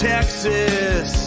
Texas